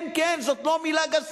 כן, כן, זאת לא מלה גסה,